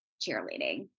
cheerleading